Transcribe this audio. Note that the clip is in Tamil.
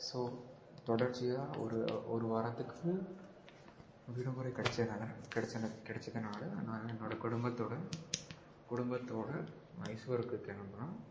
ஸோ தொடர்ச்சியாக ஒரு ஒரு வாரத்துக்கு விடுமுறை கிடச்சனால கிடச்ச கிடச்சிதுனால நான் என்னோடய குடும்பத்தோடய குடும்பத்தோடய மைசூருக்கு கிளம்புறோம்